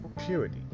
purity